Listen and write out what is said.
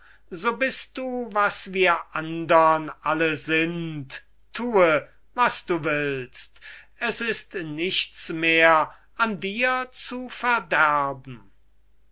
so bist du was wir andern alle sind tue was du willst es ist nichts mehr an dir zu verderben